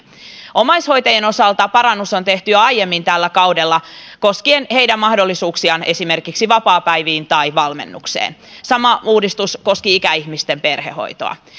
omaishoitajien osalta parannus on tehty jo aiemmin tällä kaudella koskien heidän mahdollisuuksiaan esimerkiksi vapaapäiviin tai valmennukseen sama uudistus koski ikäihmisten perhehoitoa